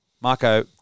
Marco